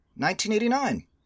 1989